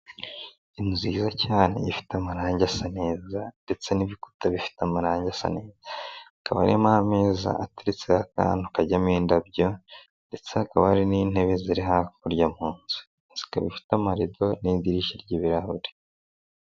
Inzu nziza cyane ifite amarangi asa neza ndetse n'ibikuta bifite amarangi asa neza hakaba harimo ameza ateretse, akantu kajyamo indabyo ndetse hakaba hari n'intebe ziri hakurya mu nzu, inzu ikabi ifite amarido n'idirishya ry'ibirahure.